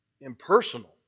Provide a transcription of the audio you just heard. impersonal